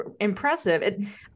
impressive